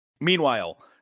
Meanwhile